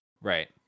Right